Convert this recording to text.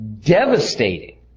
devastating